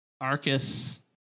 Arcus